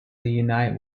unite